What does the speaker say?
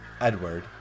Edward